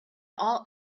all